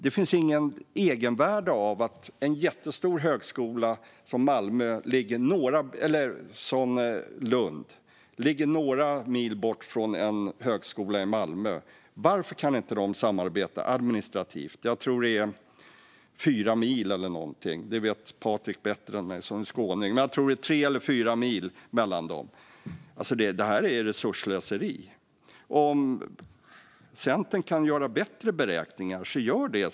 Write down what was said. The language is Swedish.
Det finns inget egenvärde i att ett jättestort universitet som Lund ligger några mil bort från ett universitet i Malmö. Varför kan de inte samarbeta administrativt? Jag tror att det är tre eller fyra mil mellan städerna, men det vet Patrick Reslow, som är skåning, bättre än jag. Alltså, det här är resursslöseri. Om Centern kan göra bättre beräkningar, gör det då!